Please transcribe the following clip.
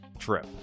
trip